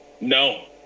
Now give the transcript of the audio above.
No